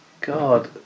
God